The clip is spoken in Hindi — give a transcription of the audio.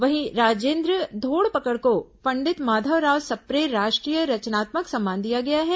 वहीं राजेन्द्र धोड़पकड़ को पंडित माधवराव सप्रे राष्ट्रीय रचनात्मक सम्मान दिया गया है